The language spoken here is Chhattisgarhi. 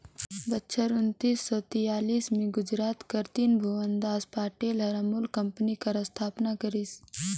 बछर उन्नीस सव छियालीस में गुजरात कर तिरभुवनदास पटेल हर अमूल कंपनी कर अस्थापना करिस